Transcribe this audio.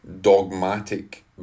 dogmatic